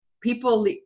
people